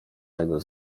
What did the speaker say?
tego